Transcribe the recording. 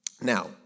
Now